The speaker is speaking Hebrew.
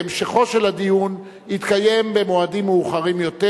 והמשכו של הדיון יתקיים במועדים מאוחרים יותר.